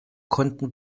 konnten